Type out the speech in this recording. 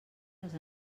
les